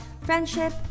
friendship